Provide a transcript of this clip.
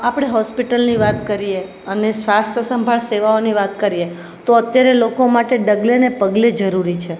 આપણે હોસ્પિટલની વાત કરીએ અને સ્વાસ્થ્ય સંભાળ સેવાઓની વાત કરીએ તો અત્યારે લોકો માટે ડગલે ને પગલે જરૂરી છે